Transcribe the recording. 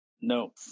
no